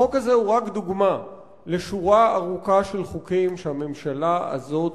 החוק הזה הוא רק דוגמה לשורה ארוכה של חוקים שהממשלה הזאת,